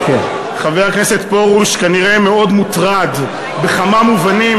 חבר הכנסת פרוש כנראה מאוד מוטרד בכמה מובנים,